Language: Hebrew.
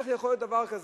איך יכול להיות דבר כזה,